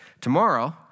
Tomorrow